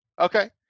Okay